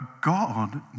God